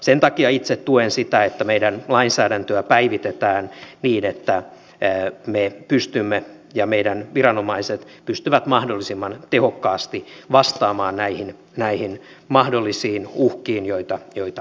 sen takia itse tuen sitä että meidän lainsäädäntöämme päivitetään niin että me pystymme ja meidän viranomaiset pystyvät mahdollisimman tehokkaasti vastaamaan näihin mahdollisiin uhkiin joita on